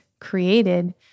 created